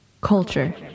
Culture